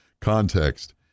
context